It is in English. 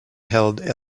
held